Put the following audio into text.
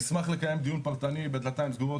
נשמח לקיים דיון פרטני בדלתיים סגורות,